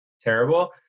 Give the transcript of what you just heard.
terrible